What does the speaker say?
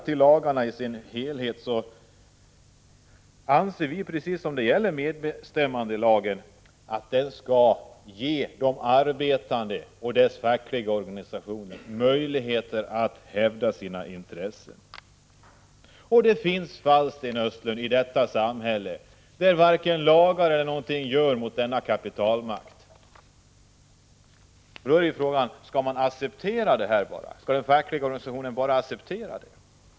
Vi anser att lagen, precis som när det gäller MBL, skall ge de arbetande och deras fackliga organisationer möjligheter att hävda sina intressen. Det finns, Sten Östlund, fall i detta samhälle där varken lagar eller något annat lägger hinder i vägen för kapitalets makt. Frågan är om de fackliga organisationerna bara skall acceptera detta.